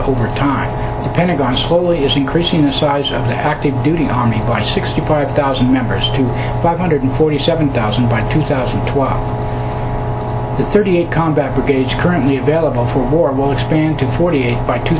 over time the pentagon slowly is increasing the size of the active duty army by sixty five thousand members to five hundred forty seven thousand by two thousand and twelve thirty eight combat brigades currently available for war will expand to forty eight by two